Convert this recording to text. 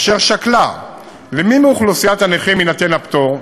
אשר שקלה למי מאוכלוסיית הנכים יינתן הפטור,